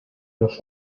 los